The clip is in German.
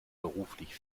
beruflich